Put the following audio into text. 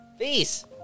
Peace